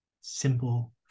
simple